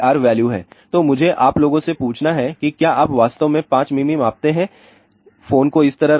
तो मुझे आप लोगों से पूछना हैं कि क्या आप वास्तव में 5 मिमी मापते हैं फोन को इस तरह रखें